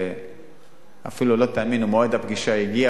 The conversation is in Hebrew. ואפילו מועד הפגישה הגיע,